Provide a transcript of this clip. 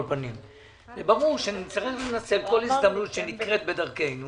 ברור שנצטרך לנצל כל הזדמנות שנקרית בדרכנו